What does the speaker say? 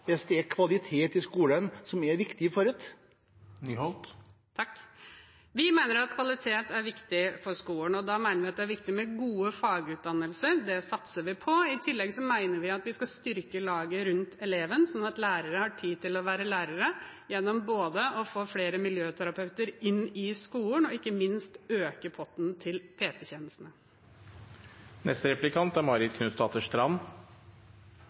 hvis det er kvalitet i skolen som er viktig for Rødt? Vi mener at kvalitet er viktig for skolen, og da mener vi at det er viktig med gode fagutdannelser. Det satser vi på. I tillegg mener vi at vi skal styrke laget rundt eleven, sånn at lærere har tid til å være lærere, gjennom både å få flere miljøterapeuter inn i skolen og ikke minst å øke potten til PP-tjenesten. Barnehager er